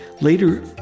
later